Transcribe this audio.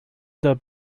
the